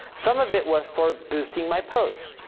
some of it was for boosting my posts.